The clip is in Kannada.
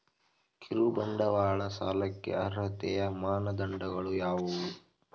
ಕಿರುಬಂಡವಾಳ ಸಾಲಕ್ಕೆ ಅರ್ಹತೆಯ ಮಾನದಂಡಗಳು ಯಾವುವು?